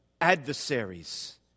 adversaries